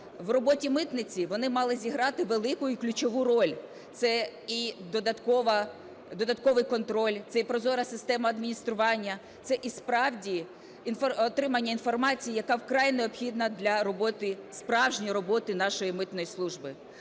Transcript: в роботі митниці вони мали зіграти велику і ключову роль. Це і додатковий контроль, це і прозора система адміністрування, це і справді отримання інформації, яка вкрай необхідна для роботи, справжньої роботи нашої митної служби.